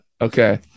Okay